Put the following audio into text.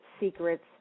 Secrets